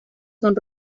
son